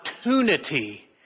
opportunity